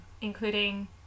including